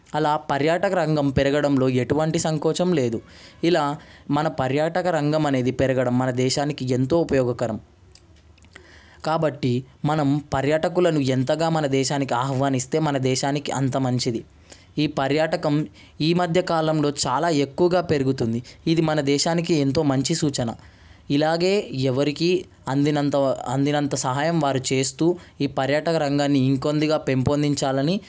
అలా పర్యాటక రంగం పెరగడంలో ఎటువంటి సంకోచం లేదు ఇలా మన పర్యాటక రంగం అనేది పెరగడం మన దేశానికి ఎంతో ఉపయోగకరం కాబట్టి మనం పర్యాటకులను ఎంతగా మన దేశానికి ఆహ్వానిస్తే మన దేశానికి అంత మంచిది ఈ పర్యాటకం ఈ మధ్యకాలంలో చాలా ఎక్కువగా పెరుగుతుంది ఇది మన దేశానికి ఎంతో మంచి సూచన ఇలాగే ఎవరికీ అందినంత అందినంత సహాయం వారు చేస్తు ఈ పర్యాటక రంగాన్ని ఇంకొన్నిగా పెంపొందించాలని